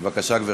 בבקשה, גברתי.